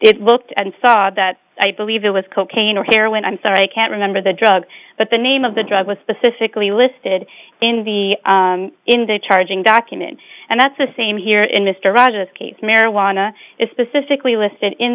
it looked and saw that i believe it was cocaine or heroin i'm sorry i can't remember the drug but the name of the drug was specifically listed in the in the charging document and that's the same here in this case marijuana is specifically listed in